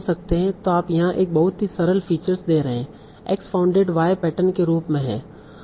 तो आप यहां एक बहुत ही सरल फीचर दे रहे हैं X फाऊनडेड Y पैटर्न के रूप में है